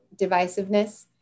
divisiveness